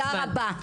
תודה רבה.